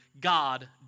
God